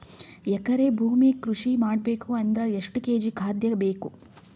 ಎಕರೆ ಭೂಮಿ ಕೃಷಿ ಮಾಡಬೇಕು ಅಂದ್ರ ಎಷ್ಟ ಕೇಜಿ ಖಾದ್ಯ ಬೇಕು?